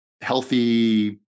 healthy